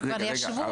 הם כבר ישבו.